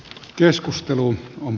keskustelu on